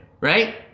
right